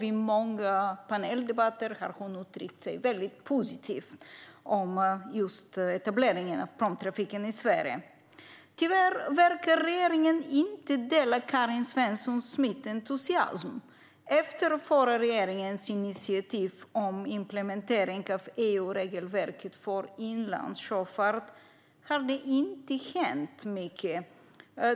I många paneldebatter har hon uttryckt sig väldigt positivt om etableringen av pråmtrafik i Sverige. Tyvärr verkar regeringen inte dela Karin Svensson Smiths entusiasm. Efter förra regeringens initiativ om implementering av EU-regelverket för inlandssjöfart har det inte hänt mycket.